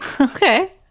Okay